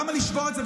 למה לשבור את זה?